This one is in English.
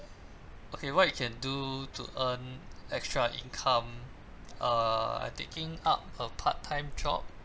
okay what you can do to earn extra income err I taking up a part time job